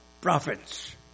prophets